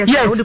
Yes